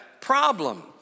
problem